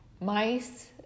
mice